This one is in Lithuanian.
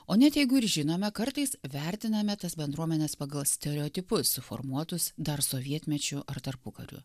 o net jeigu ir žinome kartais vertiname tas bendruomenes pagal stereotipus suformuotus dar sovietmečiu ar tarpukariu